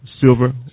Silver